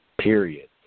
period